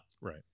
Right